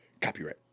Copyright